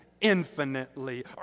infinitely